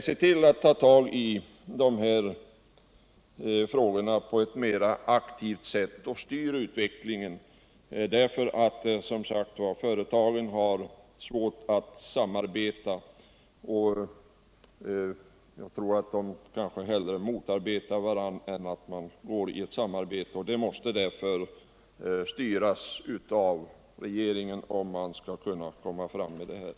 Nej, ta tag i de här frågorna på ett mera aktivt sätt och styr utvecklingen, ty företagen har, som sagt, svårt att samarbeta. Jag tror att de snarare motarbetar varandra än samarbetar med varandra. Därför måste regeringen styra, om man skall kunna komma till rätta med problemen.